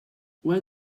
where